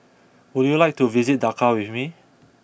would you like to visit Dhaka with me